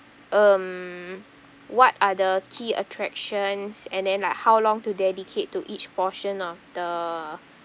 um what are the key attractions and then like how long to dedicate to each portion of the